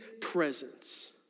presence